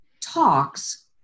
talks